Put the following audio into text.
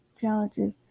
challenges